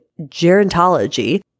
gerontology